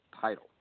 title